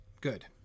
Good